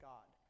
God